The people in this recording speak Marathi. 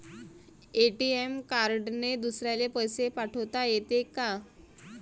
ए.टी.एम कार्डने दुसऱ्याले पैसे पाठोता येते का?